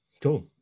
cool